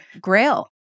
Grail